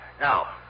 Now